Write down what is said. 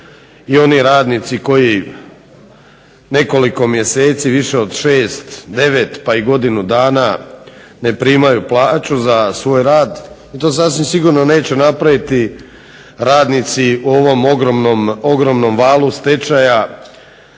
i oni radnici koji nekoliko mjeseci više od 6, 9 pa i godinu dana ne primaju plaću za svoj rad i to sasvim sigurno neće napraviti radnici u ovom ogromnom valu stečajeva,